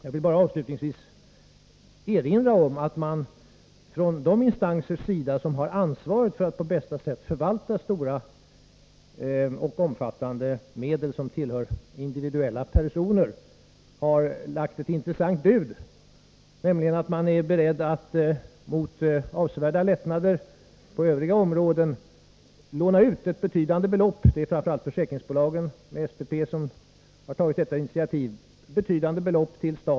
Jag vill bara avslutningsvis erinra om att man från de instansers sida som har ansvaret för att på bästa sätt förvalta stora och omfattande medel som tillhör individuella personer har lagt ett intressant bud, nämligen att de är beredda att mot avsevärda lättnader på de reglerade områdena låna ut betydande belopp till staten. Det är framför allt försäkringsbolagen med SPP i täten som har tagit detta initiativ.